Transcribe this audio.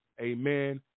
amen